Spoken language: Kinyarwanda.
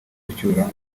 gucyura